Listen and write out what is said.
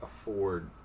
afford